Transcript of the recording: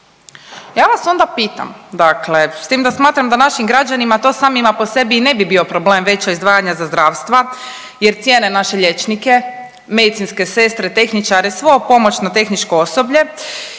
Ja vas onda pitam, dakle s tim da smatram da našim građanima to samima po sebi i ne bi bio problem veća izdvajanja za zdravstva jer cijene naše liječnike, medicinske sestre, tehničare, svo pomoćno tehničko osoblje